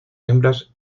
hembras